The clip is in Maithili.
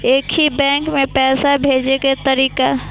एक ही बैंक मे पैसा भेजे के तरीका?